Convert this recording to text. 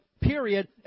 Period